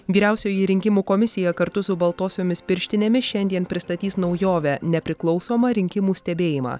vyriausioji rinkimų komisija kartu su baltosiomis pirštinėmis šiandien pristatys naujovę nepriklausomą rinkimų stebėjimą